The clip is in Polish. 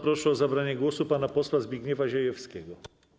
Proszę o zabranie głosu pana posła Zbigniewa Ziejewskiego.